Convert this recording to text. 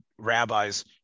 rabbis